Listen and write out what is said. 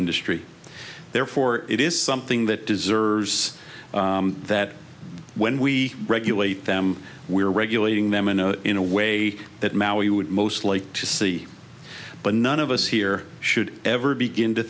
industry therefore it is something that deserves that when we regulate them we are regulating them in a in a way that mao you would most like to see but none of us here should ever begin to